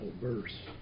verse